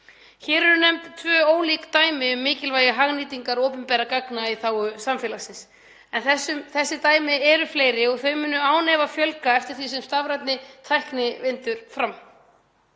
verið nefnd tvö ólík dæmi um mikilvægi hagnýtingar opinberra gagna í þágu samfélagsins en dæmin eru fleiri og þeim mun án efa fjölga eftir því sem stafrænni tækni vindur fram.